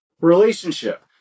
relationship